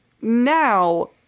now